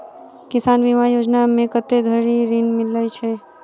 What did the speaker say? किसान बीमा योजना मे कत्ते धरि ऋण मिलय छै?